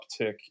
uptick